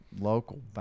local